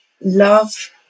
love